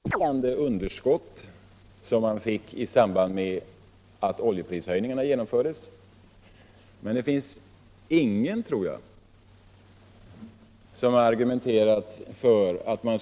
Herr talman! I den mån företrädare för de borgerliga partierna och ekonomer ute i landet har sagt att man till en del skall låna upp pengar i utlandet har detta gällt finansieringen av det grundläggande underskott som uppstod i samband med att oljeprishöjningarna genomfördes.